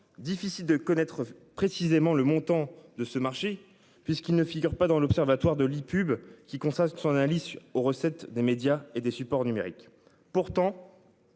Difficile de connaître précisément le montant de ce marché, puisqu'il ne figure pas dans l'Observatoire de l'ePub qui conserve son à l'issue aux recettes des médias et des supports numériques pourtant.